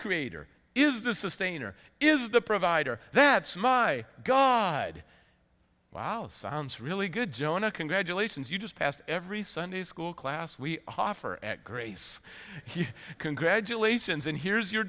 creator is the sustainer is the provider that smug i gone wow sounds really good jonah congratulations you just passed every sunday school class we offer at grace he congratulations and here's your